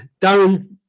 Darren